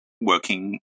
working